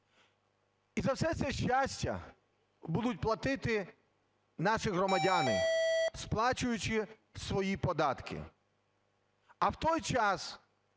І за все це щастя будуть платити наші громадяни, сплачуючи свої податки. А в той час,